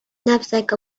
knapsack